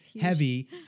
heavy